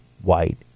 white